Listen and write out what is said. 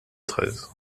treize